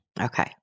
Okay